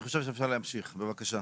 אני חושב שאפשר להמשיך, בבקשה.